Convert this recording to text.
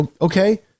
Okay